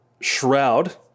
shroud